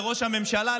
לראש הממשלה,